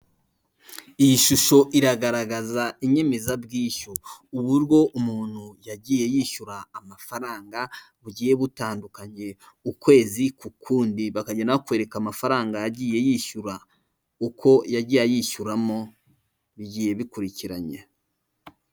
Iyi shusho iragaragaza inyemezabwishyu uburyo umuntu yagiye yishyura amafaranga bugiye butandukanye ukwezi k'ukundi bakagenda bakwereka amafaranga yagiye yishyura uko yagiye ayishyuramo bigiye bikurikiranye .